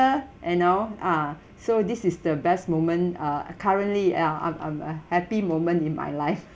you know ah so this is the best moment uh uh currently ya I'm I'm uh happy moment in my life